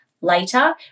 later